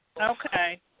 Okay